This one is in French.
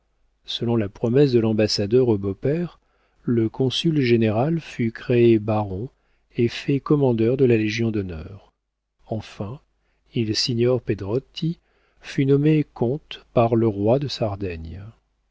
selon la promesse de l'ambassadeur au beau-père le consul général fut créé baron et fait commandeur de la légion-d'honneur enfin il signor pedrotti fut nommé comte par le roi de sardaigne